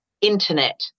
internet